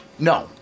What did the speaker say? No